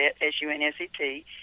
S-U-N-S-E-T